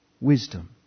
wisdom